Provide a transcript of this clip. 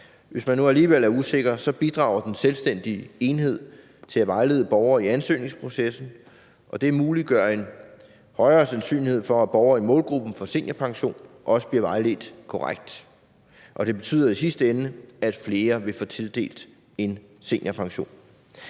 Hvis man nu alligevel er usikker, bidrager den selvstændige enhed til at vejlede borgere i ansøgningsprocessen, og det muliggør en højere sandsynlighed for, at borgere i målgruppen for seniorpension også bliver vejledt korrekt, og det betyder i sidste ende, at flere vil få tildelt en seniorpension.